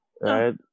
right